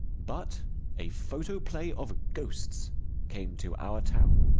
but a photoplay of ghosts came to our town.